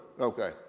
Okay